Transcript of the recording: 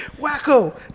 Wacko